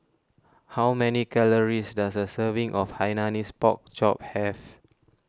how many calories does a serving of Hainanese Pork Chop have